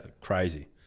Crazy